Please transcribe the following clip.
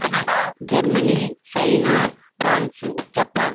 Canada Germany China France Japan